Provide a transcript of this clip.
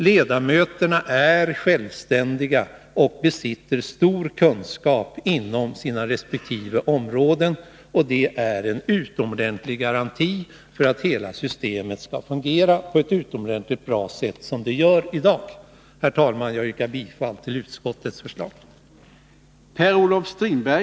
Ledamöterna är självständiga och besitter stor kunskap inom sina respektive områden, och det är en utomordentlig garanti för att hela systemet skall fungera på ett utomordentligt bra sätt, som det gör i dag. Herr talman! Jag yrkar bifall till utskottets förslag.